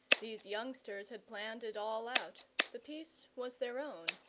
these youngsters had planned it all out, the piece was their own,